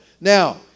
Now